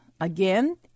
Again